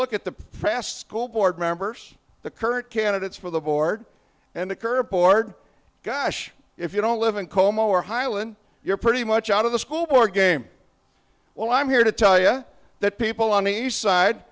look at the past school board members the current candidates for the board and the current board gosh if you don't live in como or highland you're pretty much out of the school board game well i'm here to tell you that people on the east side